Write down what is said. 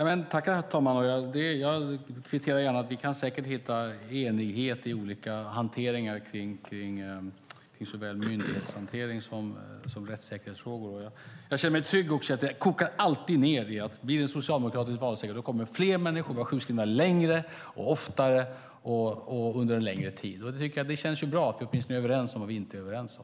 Herr talman! Jag kvitterar gärna att vi säkert kan hitta enighet i olika hanteringar kring såväl myndighetshantering som rättssäkerhetsfrågor. Jag känner mig också trygg i att det alltid kokar ned till att vid en socialdemokratisk valseger kommer fler människor att vara sjukskrivna oftare och under en längre tid. Det känns ju bra att vi åtminstone är överens om vad vi inte är överens om.